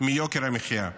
מיוקר המחיה.